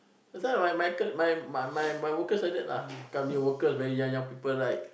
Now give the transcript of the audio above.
that time my my colleague my my my my workers like that lah come here workers very young young people like